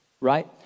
right